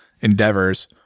endeavors